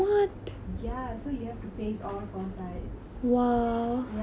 ya it was a damn cool competition and I really really wanted to be part of it